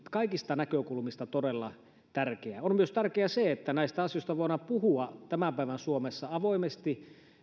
kaikista näkökulmista todella tärkeää on myös tärkeää että näistä asioista voidaan puhua tämän päivän suomessa avoimesti